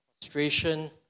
frustration